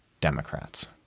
Democrats